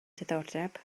diddordeb